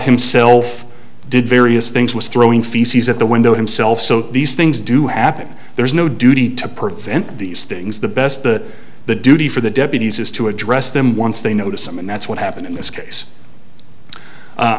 himself did various things was throwing feces at the window himself so these things do happen there's no duty to prevent these things the best the the duty for the deputies is to address them once they notice them and that's what happened in this case